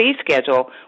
schedule